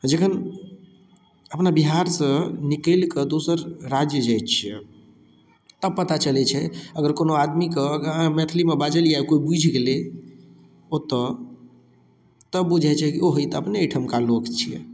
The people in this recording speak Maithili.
जखन अपना बिहारसँ निकलि कऽ दोसर राज्य जाइ छियै तऽ पता चलै छै अगर कोनो आदमीके आगा मैथिली बाजलियै आओर कोइ बुझि गेलै ओतऽ तऽ बुझाइ छै कि ओह ई तऽ अपने अइठमका लोग छियै